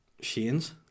Shane's